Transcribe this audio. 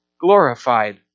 glorified